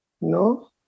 No